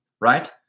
right